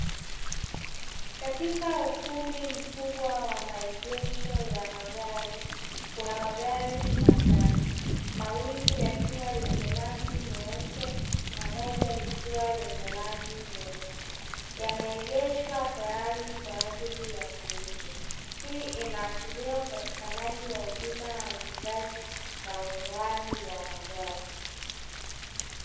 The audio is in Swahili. Katika ukumbi mkubwa wa maegesho ya magari kuna magari matatu, mawili yakiwa yenye rangi nyeupe na moja likiwa na rangi nyeusi yameegeshwa tayari kwa ajili kuuzwa hii inaashiria upatikanaji wa huduma ya uuzaji na ununuaji wa magari.